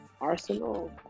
Arsenal